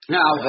Now